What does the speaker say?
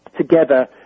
together